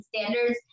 standards